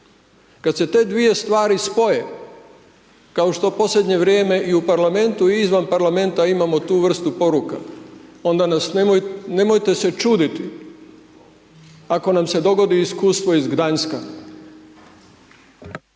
Kad se te dvije stvari spoje, kao što u posljednje vrijeme i u Parlamentu i izvan Parlamenta imamo tu vrstu poruka, onda nas, nemojte se čuditi ako nam se dogodi iskustvo iz Gdanjska.